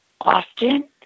Austin